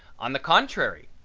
on the contrary,